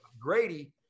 Grady